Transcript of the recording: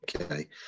okay